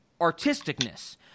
artisticness